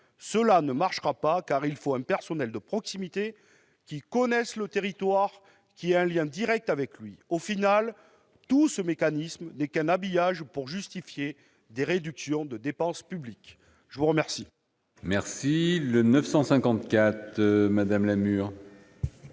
Cela ne marchera pas, car il faut un personnel de proximité qui connaisse le territoire, qui ait un lien direct avec lui. Au final, tout ce mécanisme n'est qu'un habillage pour justifier des réductions de dépense publique. L'amendement